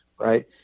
right